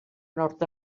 nord